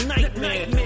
Nightmare